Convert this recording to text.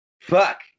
fuck